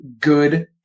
good